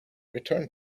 return